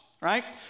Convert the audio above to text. right